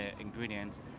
ingredients